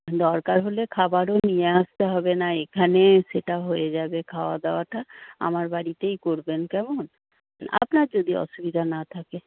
দরকার হলে খাবারও নিয়ে আসতে হবে না এখানে সেটা হয়ে যাবে খাওয়া দাওয়াটা আমার বাড়িতেই করবেন কেমন আপনার যদি অসুবিধা না থাকে